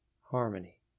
harmony